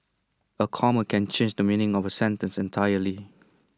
A comma can change the meaning of A sentence entirely